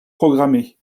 programmé